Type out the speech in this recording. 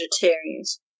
vegetarians